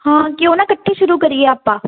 ਹਾਂ ਕਿਉਂ ਨਾ ਇਕੱਠੇ ਸ਼ੁਰੂ ਕਰੀਏ ਆਪਾਂ